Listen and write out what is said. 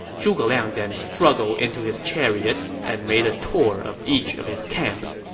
zhuge liang then struggled into his chariot and made a tour of each of his camps.